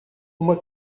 uma